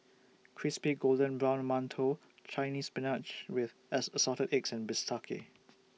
Crispy Golden Brown mantou Chinese Spinach with as Assorted Eggs and Bistake